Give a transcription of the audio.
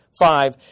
five